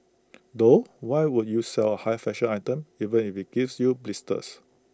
though why would you sell A high fashion item even if IT gives you blisters